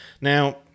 Now